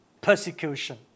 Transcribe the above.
persecution